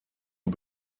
und